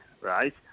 right